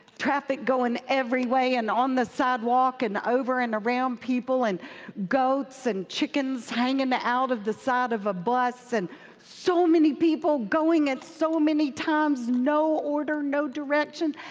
traffic going every way, and on the sidewalk, and over and around people. and goats and chickens hanging out of the side of a bus, and so many people going at so many times no order, no direction.